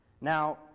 Now